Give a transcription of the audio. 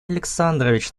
александрович